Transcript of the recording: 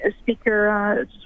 Speaker